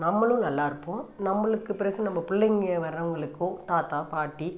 நம்மளும் நல்லாருப்போம் நம்மளுக்கு பிறகு நம்ம பிள்ளைங்கள் வர்றவங்களுக்கும் தாத்தா பாட்டி